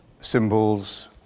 symbols